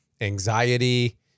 anxiety